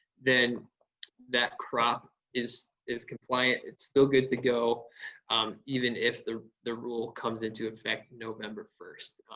then that crop is is compliant. it's still good to go um even if the the rule comes into effect november first.